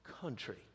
country